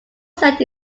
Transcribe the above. set